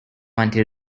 until